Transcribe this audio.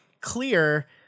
clear